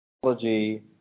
technology